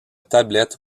tablette